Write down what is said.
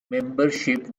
membership